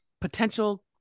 potential